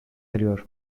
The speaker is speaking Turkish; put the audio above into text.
eriyor